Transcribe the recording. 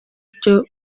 icyo